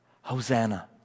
hosanna